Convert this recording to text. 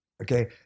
okay